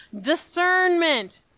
Discernment